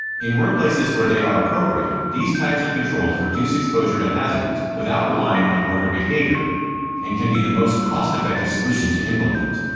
in workplaces where they are appropriate, these types of controls reduce exposure to hazards without relying on worker behavior and can be the most cost effective solution to implement.